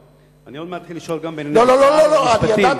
אני עוד מעט אתחיל לשאול גם בענייני שר המשפטים,